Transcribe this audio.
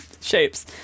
shapes